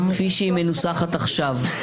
כפי שהיא מנוסחת עכשיו.